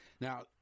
Now